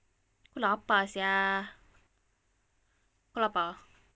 aku lapar sia kau lapar